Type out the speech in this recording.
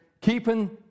keeping